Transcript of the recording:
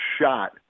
shot